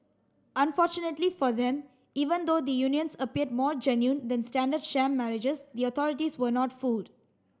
unfortunately for them even though the unions appeared more genuine than standard sham marriages the authorities were not fooled